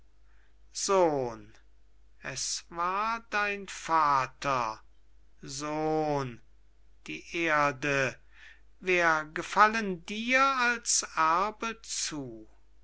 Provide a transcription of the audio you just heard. sohn es war dein vater sohn die erde wär gefallen dir als erbe zu